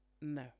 No